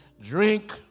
drink